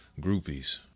groupies